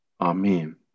Amen